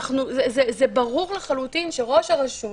זה ברור לחלוטין שראש הרשות,